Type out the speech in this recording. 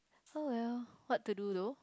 oh well what to do though